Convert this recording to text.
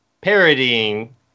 parodying